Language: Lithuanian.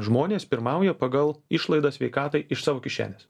žmonės pirmauja pagal išlaidas sveikatai iš savo kišenės